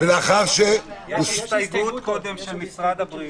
ולאחר שהוסרו --- יש הסתייגות של משרד הבריאות.